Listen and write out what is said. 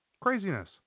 Craziness